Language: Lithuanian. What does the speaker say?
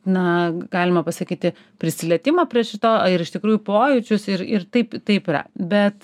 na galima pasakyti prisilietimą prie šito ir iš tikrųjų pojūčius ir ir taip taip yra bet